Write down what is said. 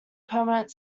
permanent